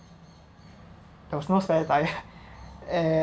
there’s no spare tyre and